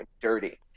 dirty